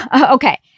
Okay